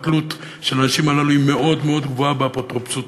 התלות של האנשים הללו היא מאוד מאוד גבוהה באפוטרופוס,